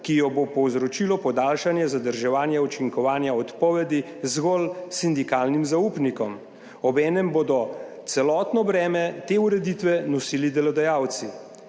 ki jo bo povzročilo podaljšanje zadrževanja učinkovanja odpovedi zgolj sindikalnim zaupnikom. Obenem bodo celotno breme te ureditve nosili delodajalci.